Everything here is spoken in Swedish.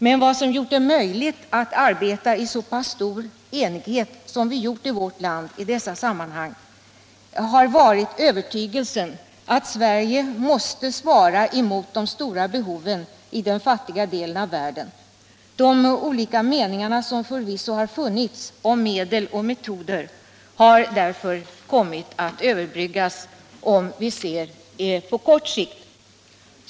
Men vad som gjort det möjligt att arbeta i så pass stor enighet som vi i dessa sammanhang gjort i vårt land har varit övertygelsen om att Sverige måste ta hänsyn till de stora behoven i den fattiga delen av världen. De olika meningar som förvisso har funnits om medel och metoder har därför kommit att överbryggas sett på kort sikt.